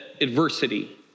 adversity